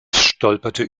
stolperte